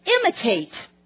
Imitate